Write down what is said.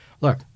look